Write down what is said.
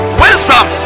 wisdom